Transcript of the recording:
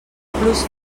plus